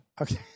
Okay